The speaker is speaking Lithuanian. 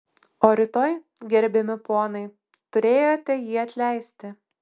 o rytoj gerbiami ponai turėjote jį atleisti